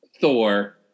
Thor